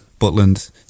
Butland